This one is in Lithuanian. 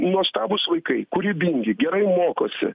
nuostabūs vaikai kūrybingi gerai mokosi